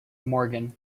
morgan